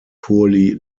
poorly